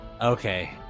okay